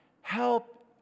help